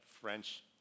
French